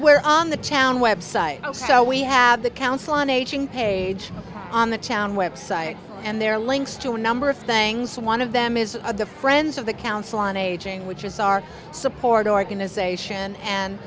we're on the town website now so we have the council on aging page on the town website and there are links to a number of things one of them is a difference of the council on aging which is our support organization and